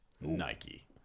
Nike